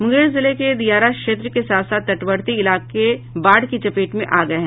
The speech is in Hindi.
मुंगेर जिले के दियारा क्षेत्र के साथ साथ तटवर्ती इलाके बाढ़ की चपेट में आ गये हैं